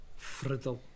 Friddle